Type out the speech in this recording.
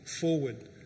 forward